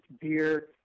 beer